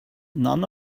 none